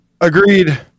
Agreed